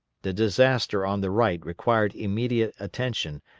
the disaster on the right required immediate attention,